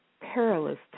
perilous